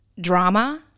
Drama